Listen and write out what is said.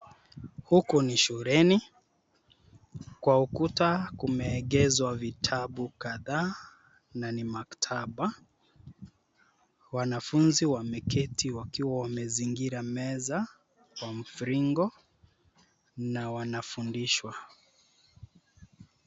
Huku ni shuleni. Kwa ukuta kumeegezwa vitabu kadhaa na ni maktaba. Wanafuzi wameketi wakiwa wamezingira meza kwa mviringo na wanafundishwa.